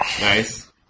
Nice